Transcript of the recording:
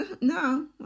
no